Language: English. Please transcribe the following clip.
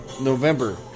November